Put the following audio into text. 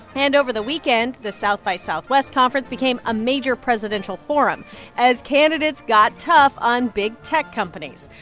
and over the weekend, the south by southwest conference became a major presidential forum as candidates got tough on big tech companies.